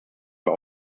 für